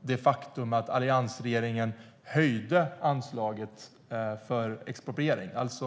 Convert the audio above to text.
det faktum att alliansregeringen höjde anslaget för expropriering.